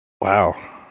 wow